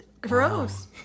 gross